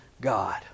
God